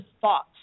thoughts